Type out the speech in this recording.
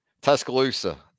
Tuscaloosa